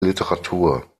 literatur